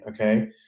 okay